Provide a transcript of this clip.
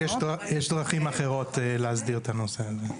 יש דרכים אחרות להסדיר את הנושא הזה.